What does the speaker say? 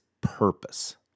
purpose